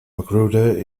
magruder